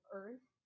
earth